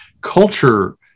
Culture